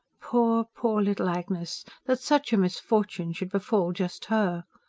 poor, poor little agnes! that such a misfortune should befall just her!